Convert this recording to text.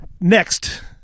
Next